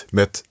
met